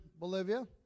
Bolivia